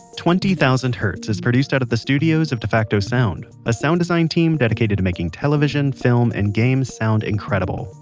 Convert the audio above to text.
twenty thousand hertz is produced out of the studios of defacto sound, a sound design team dedicated to making television, film and games sound incredible.